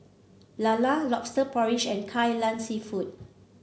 lala lobster porridge and Kai Lan seafood